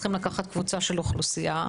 צריכים לקחת קבוצה של אוכלוסייה,